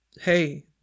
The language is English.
Hey